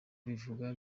bivugwa